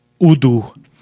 Udu